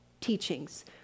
teachings